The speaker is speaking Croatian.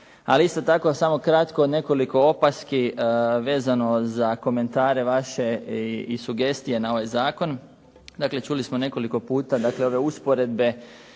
Ali isto tako samo kratko nekoliko opaski vezano za komentare vaše i sugestije na ovaj zakon. Dakle čuli smo nekoliko puta dakle ove usporedbe